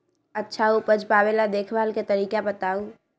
अच्छा उपज पावेला देखभाल के तरीका बताऊ?